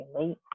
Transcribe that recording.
late